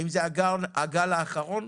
האם זה הגל האחרון?